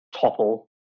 topple